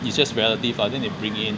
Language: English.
it's just relative lah then they bring in